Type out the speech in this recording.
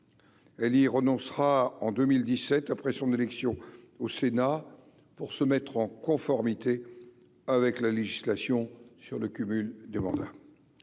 elle y renoncera en 2017 après son élection au Sénat pour se mettre en conformité avec la législation sur le cumul des mandats